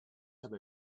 have